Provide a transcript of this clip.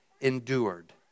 endured